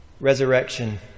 Resurrection